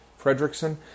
Fredrickson